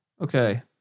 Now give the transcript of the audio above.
Okay